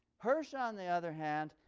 hirsch, on the other hand,